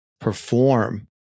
perform